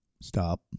Stop